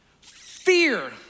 fear